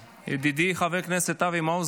ידידי חבר הכנסת אבי מעוז,